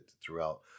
throughout